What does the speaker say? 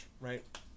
right